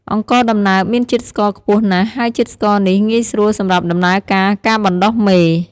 អង្ករដំណើបមានជាតិស្ករខ្ពស់ណាស់ ហើយជាតិស្ករនេះងាយស្រួលសម្រាប់ដំណើរការ ការបណ្ដុះមេ។